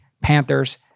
Panthers